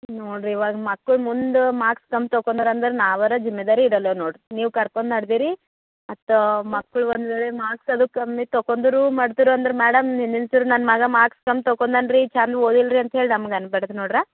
ನೋಡಿರಿ ಇವಾಗ ಮಕ್ಳು ಮುಂದೆ ಮಾರ್ಕ್ಸ್ ಕಮ್ಮಿ ತೊಗೊಂದರ್ ಅಂದ್ರೆ ನಾವಾರ ಜಿಮ್ಮೇದಾರಿ ಇರೋಲ್ಲ ನೋಡಿರಿ ನೀವು ಕರ್ಕೊಂಡು ನಡ್ದೀರಿ ಮತ್ತೆ ಮಕ್ಳು ಒಂದು ವೇಳೆ ಮಾರ್ಕ್ಸ್ ಅದು ಕಮ್ಮಿ ತಗೊಂಡ್ರು ಮಾಡ್ತೀರಂದ್ರೆ ಮೇಡಮ್ ನನ್ನ ಮಗ ಮಾರ್ಕ್ಸ್ ಕಮ್ಮಿ ತೊಗೊಂದಾನ್ರೀ ಛಂದ ಓದಿಲ್ರಿ ಅಂತ್ಹೇಳಿ ನಮ್ಗೆ ಅನ್ಬ್ಯಾಡ್ದು ನೋಡ್ರಿ